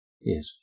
Yes